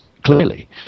clearly